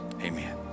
Amen